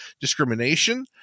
discrimination